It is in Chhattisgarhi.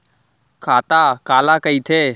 खाता काला कहिथे?